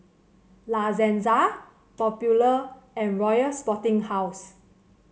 La Senza Popular and Royal Sporting House